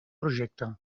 projecte